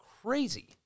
crazy